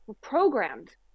programmed